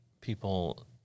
people